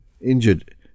injured